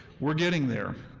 we're getting there,